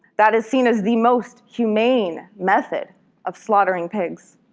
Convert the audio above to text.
that is seen as the most humane method of slaughtering pigs.